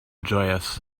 joyous